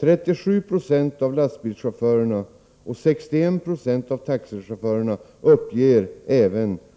37 20 av lastbilschaufförerna och 61 90 av taxichaufförerna uppger